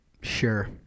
sure